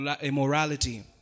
immorality